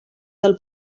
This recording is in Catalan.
del